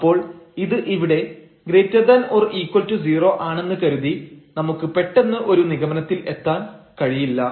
അപ്പോൾ ഇത് ഇവിടെ ≧ 0 ആണെന്ന് കരുതി നമുക്ക് പെട്ടെന്ന് ഒരു നിഗമനത്തിൽ എത്താൻ കഴിയില്ല